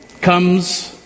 comes